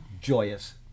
joyous